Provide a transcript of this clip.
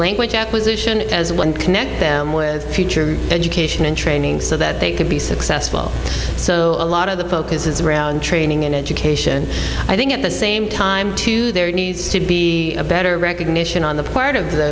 language acquisition as one connect them with a future of education and training so that they can be successful so a lot of the focus is rail in training and education i think at the same time too there needs to be a better recognition on the part of the